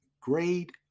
grade